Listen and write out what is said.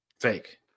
Fake